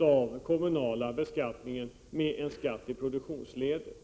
av den kommunala beskattningen med en skatt i produktionsledet.